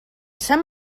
sant